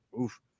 oof